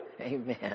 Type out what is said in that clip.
amen